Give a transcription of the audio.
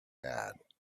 had